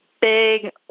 big